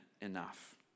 enough